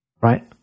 right